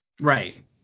Right